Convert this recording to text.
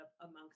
amongst